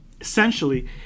Essentially